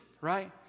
Right